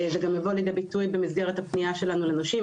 זה גם יבוא לידי ביטוי במסגרת הפניה שלנו לנושים.